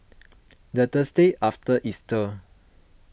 the Thursday after Easter